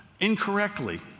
incorrectly